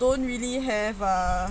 don't really have ah